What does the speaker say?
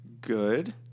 Good